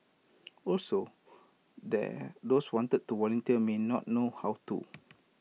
also those wanting to volunteer may not know how to